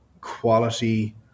quality